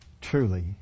truly